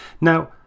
Now